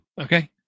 Okay